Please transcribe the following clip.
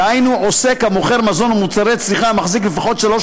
דהיינו עוסק המוכר מזון ומוצרי צריכה המחזיק לפחות שלוש